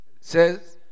says